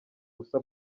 busa